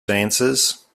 dancers